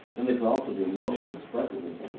then there's also the emotional expressiveness